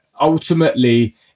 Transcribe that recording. ultimately